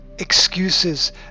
Excuses